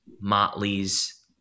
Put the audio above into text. Motley's